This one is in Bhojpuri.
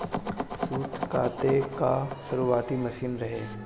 सूत काते कअ शुरुआती मशीन रहे